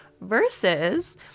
versus